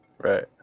Right